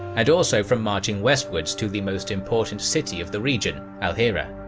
and also from marching westwards to the most important city of the region al-hirah.